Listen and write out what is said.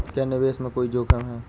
क्या निवेश में कोई जोखिम है?